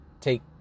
take